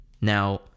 Now